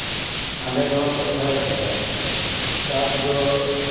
ᱟᱞᱮ ᱱᱚᱣᱟ ᱴᱚᱴᱷᱟ ᱨᱮᱫᱚ ᱪᱟᱥ ᱫᱚ